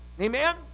amen